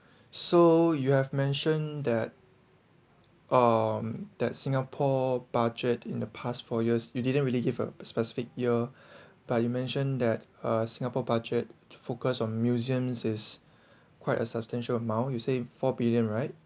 so you have mentioned that um that singapore budget in the past four years you didn't really give a specific year but you mention that uh singapore budget to focus on museum is quite a substantial amount you say four billion right